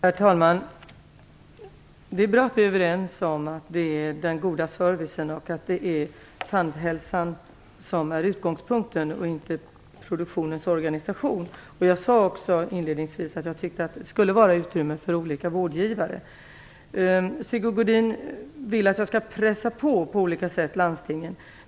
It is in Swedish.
Herr talman! Det är bra att vi är överens om att det är god service och tandhälsa - inte produktionens organisation - som är utgångspunkten. Jag sade inledningsvis att jag tycker att det skall finnas utrymme för olika vårdgivare. Sigge Godin vill att jag på olika sätt skall pressa på beträffande landstingen.